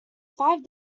five